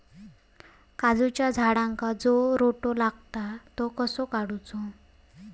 काजूच्या झाडांका जो रोटो लागता तो कसो काडुचो?